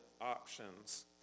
options